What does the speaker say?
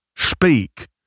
Speak